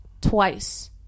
twice